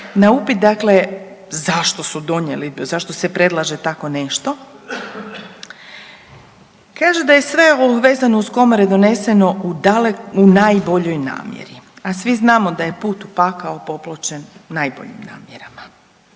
na upit dakle zašto su donijeli, zašto se predlaže tako nešto kaže da je sve ovo vezano uz komore doneseno u najboljoj namjeri, a svi znamo da je put u pakao popločen najboljim namjerama.